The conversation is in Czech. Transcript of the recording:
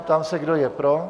Ptám se, kdo je pro.